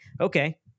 okay